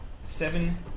seven